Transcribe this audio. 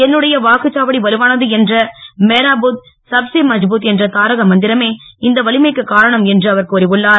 என்னுடைய வாக்குச்சாவடி வலுவானது என்ற மேரா பூத் சப்சே மஸ்புத் என்ற தாரக மந்திரமே இந்த வலிமைக்குக் காரணம் என்று அவர் கூறியுள்ளார்